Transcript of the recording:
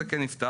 זה כן נפתר.